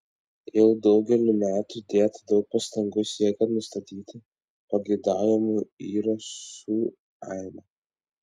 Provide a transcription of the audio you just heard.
jau daugelį metų dėta daug pastangų siekiant nustatyti pageidaujamų įrašų aibę